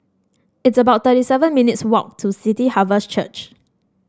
it's about thirty seven minutes' walk to City Harvest Church